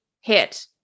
hit